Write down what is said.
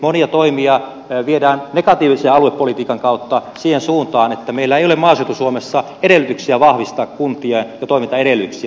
monia toimia viedään negatiivisen aluepolitiikan kautta siihen suuntaan että meillä ei ole maaseutu suomessa edellytyksiä vahvistaa kuntia ja toimintaedellytyksiä